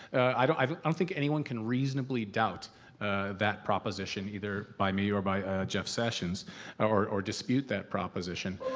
i don't um think anyone can reasonably doubt that proposition, either by me or by jeff sessions or or dispute that proposition.